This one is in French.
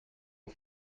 vos